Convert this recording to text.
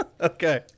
Okay